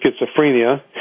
schizophrenia